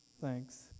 Thanks